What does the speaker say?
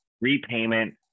repayment